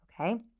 okay